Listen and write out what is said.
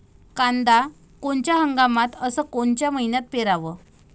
कांद्या कोनच्या हंगामात अस कोनच्या मईन्यात पेरावं?